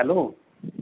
hello